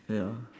ya